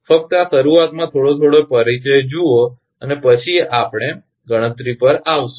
ફક્ત આ શરૂઆતમાં થોડો થોડો પરિચય જુઓ અને પછી આપણે ગણિત પર આવીશું